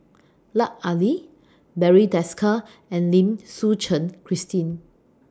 Lut Ali Barry Desker and Lim Suchen Christine